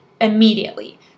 immediately